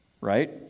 Right